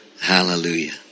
hallelujah